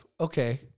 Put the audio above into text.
okay